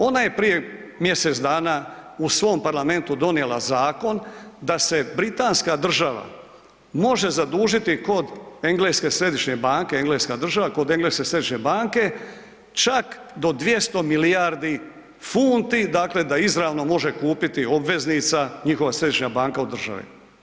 Ona je prije mjesec dana u svom parlamentu donijela zakona da se Britanska država može zadužiti kod engleske središnje banke Engleska država kod engleske središnje banke čak do 200 milijardi funti da izravno može kupiti obveznica njihova središnja banka od države.